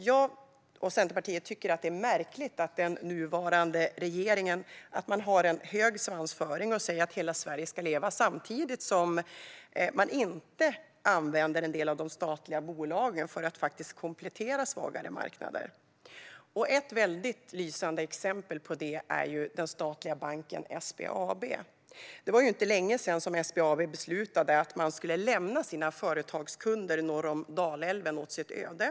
Jag och Centerpartiet tycker att det är märkligt att den nuvarande regeringen har en hög svansföring och säger att hela Sverige ska leva, samtidigt som man inte använder en del av de statliga bolagen för att komplettera svagare marknader. Ett lysande exempel på detta är den statliga banken SBAB. Det var inte länge sedan SBAB beslutade att man skulle lämna sina företagskunder norr om Dalälven åt deras öde.